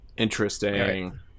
interesting